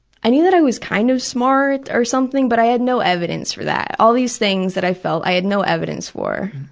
i knew that i was kind of smart, or something, but i had no evidence for that. all these things that i felt, i had no evidence for.